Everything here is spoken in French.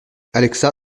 alexa